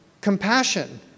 Compassion